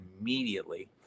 immediately